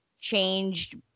changed